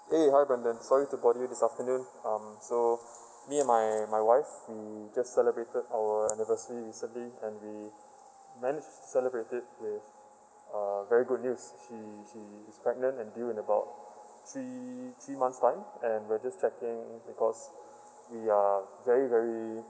eh hi brandon sorry to bother you this afternoon um so me and my my wife we just celebrated our anniversary recently and we managed to celebrated with uh very good news she she's pregnant and due in about three three months time and we're just checking because we are very very